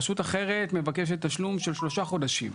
רשות אחרת מבקשת תשלום של שלושה חודשים.